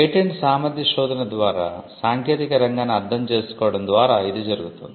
patent సామర్థ్య శోధన ద్వారా సాంకేతిక రంగాన్ని అర్థం చేసుకోవడం ద్వారా ఇది జరుగుతుంది